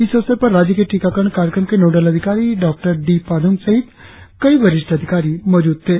इस अवसर पर राज्य के टीकाकरण कार्यक्रम के नोडल अधिकारी डॉडी पादुंग सहित कई वरिष्ठ अधिकारी मौजूद थे